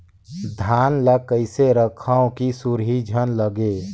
धान ल कइसे रखव कि सुरही झन लगे?